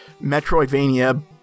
metroidvania